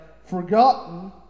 forgotten